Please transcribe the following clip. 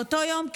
באותו היום,